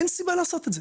אין סיבה לעשות את זה.